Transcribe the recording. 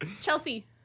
Chelsea